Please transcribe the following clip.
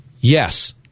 yes